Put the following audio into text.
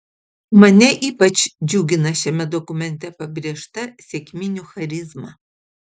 mane ypač džiugina šiame dokumente pabrėžta sekminių charizma